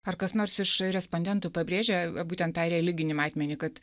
ar kas nors iš respondentų pabrėžia būtent tą religinį matmenį kad